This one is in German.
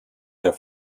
der